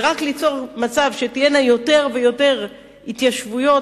ורק ליצור מצב שתהיינה יותר ויותר התיישבויות